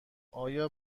آیا